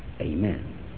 amen